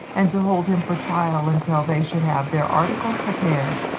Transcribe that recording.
and to hold him for trial until they should have their articles prepared.